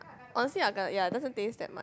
honestly I ya it doesn't taste that much